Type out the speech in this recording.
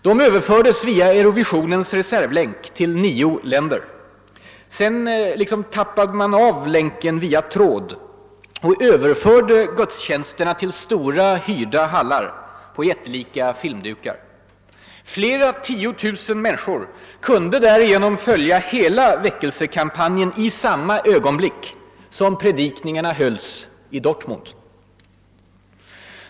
De överfördes via Eurovisionens reservlänk till nio länder. Sedan »tappade man av» länken via tråd och överförde gudstjänsterna till jättelika filmdukar i stora, hyrda hallar. Flera tiotusen människor kunde därigenom följa hela väckelsekampanjen i samma ögonblick som predikningarna hölls i Dortmund.